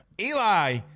Eli